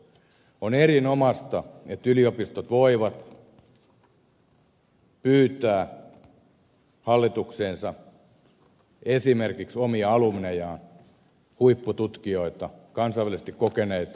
on erinomaista että yliopistot voivat pyytää hallitukseensa esimerkiksi omia alumnejaan huippututkijoita kansainvälisesti kokeneita